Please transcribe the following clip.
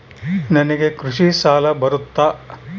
ನನಗೆ ಕೃಷಿ ಸಾಲ ಬರುತ್ತಾ?